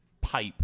pipe